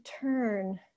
turn